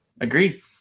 agreed